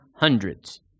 Hundreds